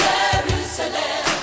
Jerusalem